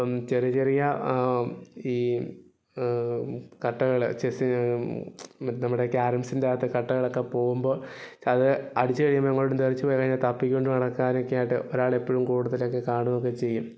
ഇപ്പം ചെറിയ ചെറിയ ഈ കട്ടകള് ചെസ്സ് മറ്റേ നമ്മുടെ ക്യാരംസിൻറ്റാത്തെ കട്ടകളൊക്കെ പോകുമ്പോൾ അത് അടിച്ച് കഴിയുമ്പോൾ എങ്ങോട്ടേലും തെറിച്ചു പോയി കഴിഞ്ഞാൽ തപ്പിക്കൊണ്ട് നടക്കാനൊക്കെ ആയിട്ട് ഒരാളെപ്പോഴും കൂട്ടത്തിലൊക്കെ കാണുവൊക്കെ ചെയ്യും